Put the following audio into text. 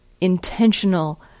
intentional